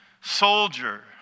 soldier